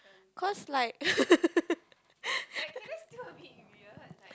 cause like